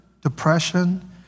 depression